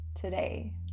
today